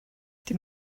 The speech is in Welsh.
dim